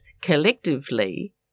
collectively